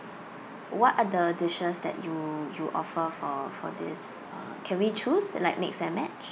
what are the dishes that you you offer for for this uh can we choose like mix and match